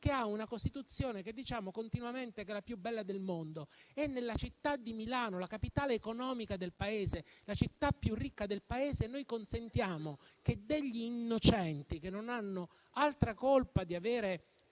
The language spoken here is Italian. che diciamo continuamente essere la più bella del mondo, che nella città di Milano, la capitale economica del Paese, la città più ricca del Paese, consentiamo che degli innocenti, che non hanno altra colpa che